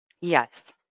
Yes